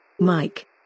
Mike